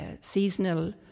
seasonal